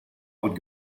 would